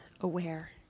aware